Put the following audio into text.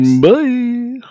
Bye